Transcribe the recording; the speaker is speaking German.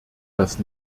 das